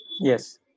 Yes